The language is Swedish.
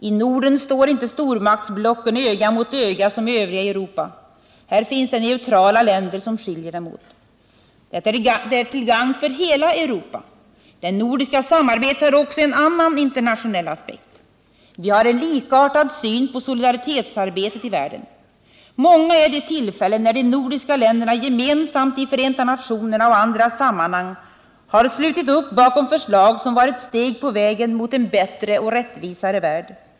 I Norden står inte stormaktsblocken öga mot öga som i övriga Europa. Här finns det neutrala länder som skiljer dem åt. Det är till gagn för hela Europa. Det nordiska samarbetet har också en annan internationell aspekt. Vi har likartad syn på solidaritetsarbetet i världen. Många är de tillfällen när de nordiska länderna gemensamt i Förenta nationerna och i andra sammanhang har slutit upp bakom förslag som varit steg på vägen mot en bättre och en rättvisare värld.